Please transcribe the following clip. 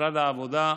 משרד העבודה,